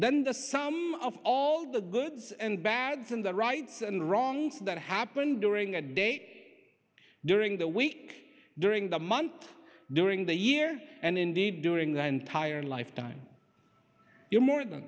than the sum of all the goods and bads in the rights and wrongs that happen during a day during the week during the month during the year and indeed during the entire lifetime you're more than